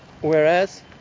Whereas